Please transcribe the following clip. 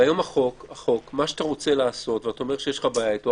אבל היום מה שאתה רוצה לעשות ואתה אומר שיש לך בעיה איתו,